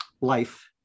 life